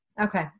okay